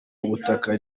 ubutaka